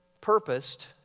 purposed